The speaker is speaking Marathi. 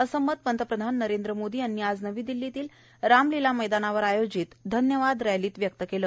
असं मत पंतप्रधान नरेंद्र मोदी यांनी आज नवी दिल्लीत रामलीला मैदानावर आयोजित धन्यवाद रॅलीत व्यक्त केलं